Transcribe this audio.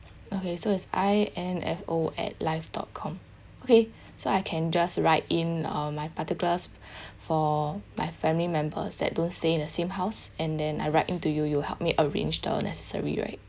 okay so is I N F O at live dot com okay so I can just write in uh my particulars for my family members that don't stay in the same house and then I write in to you you help me arrange the necessary right